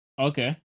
Okay